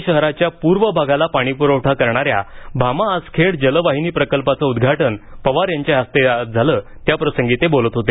पुणे शहराच्या प्रर्व भागाला पाणीप्रवठा करणाऱ्या भामा आसखेड जलवाहिनी प्रकल्पाचं उद्घाटन अजित पवार यांच्या हस्ते आज झालं त्या प्रसंगी ते बोलत होते